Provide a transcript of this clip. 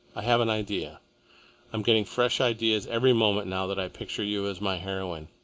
i have an idea i am getting fresh ideas every moment now that i picture you as my heroine.